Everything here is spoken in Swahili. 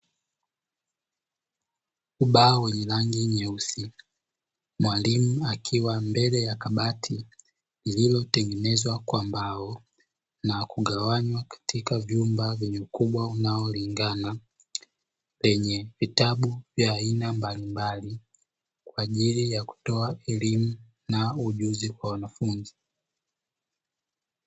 Ubao wenye rangi nyeusi, mwalimu akiwa mbele ya kabati lililotengenezwa kwa mbao na kugawanywa katika vyumba vyenye ukubwa unaolingana, lenye vitabu vya aina mbalimbali kwa ajili ya kutoa elimu na ujuzi kwa wanafunzi.